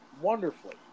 wonderfully